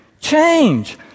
Change